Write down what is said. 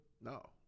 No